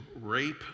rape